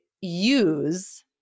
use